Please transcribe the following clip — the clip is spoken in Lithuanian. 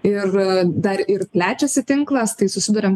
ir dar ir plečiasi tinklas tai susiduriam